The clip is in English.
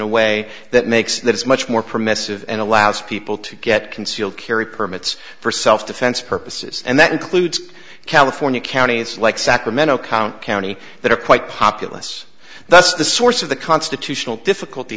a way that makes that is much more permissive and allows people to get concealed carry permits for self defense purposes and that includes california counties like sacramento count county that are quite populous that's the source of the constitutional difficulty